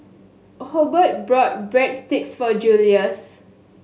Hobert bought Breadsticks for Julius